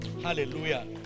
Hallelujah